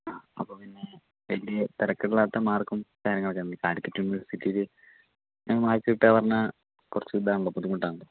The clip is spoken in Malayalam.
ആ അപ്പോൾ പിന്നെ വലിയ തരക്കേടില്ലാത്ത മാർക്കും കാര്യങ്ങളുമൊക്കെയാണല്ലേ കാലിക്കറ്റ് യൂണിവേഴ്സിറ്റിയിൽ ഇങ്ങനെ മാർക്ക് കിട്ടുകയെന്നു പറഞ്ഞാൽ കുറച്ചു ഇതാണലോ ബുദ്ധിമുട്ടാണല്ലോ